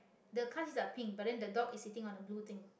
the car seats are pink but then the dog is sitting on a blue thing